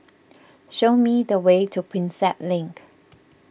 show me the way to Prinsep Link